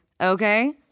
okay